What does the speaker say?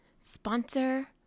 sponsor